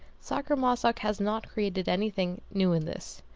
sacher-masoch has not created anything new in this.